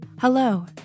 Hello